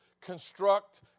construct